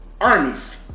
armies